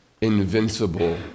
invincible